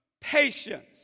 patience